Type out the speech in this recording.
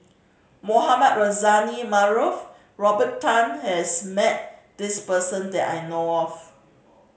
Mohamed Rozani Maarof Robert Tan has met this person that I know of